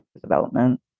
development